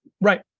Right